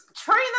Trina